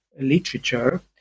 literature